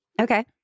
Okay